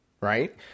right